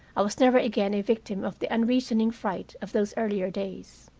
i was never again a victim of the unreasoning fright of those earlier days.